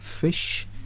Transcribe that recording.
fish